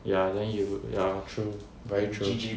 ya then you ya true very true